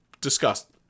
discussed